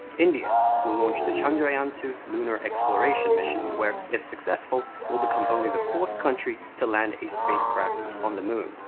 india will launch the chandrayaan two lunar exploration mission, where, if successful, will become only the fourth country to land a spacecraft on the moon.